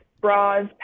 bras